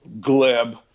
glib